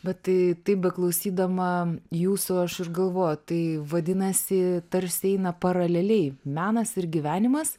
bet tai taip beklausydama jūsų aš ir galvoju tai vadinasi tarsi eina paraleliai menas ir gyvenimas